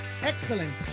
Excellent